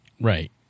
right